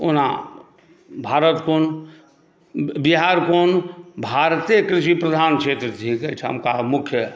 ओना भारत क़ोन बिहार क़ोन भारते कृषि प्रधान क्षेत्र थिक एहिठामक मुख्य